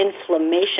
inflammation